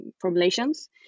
formulations